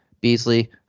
Beasley